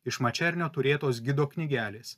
iš mačernio turėtos gido knygelės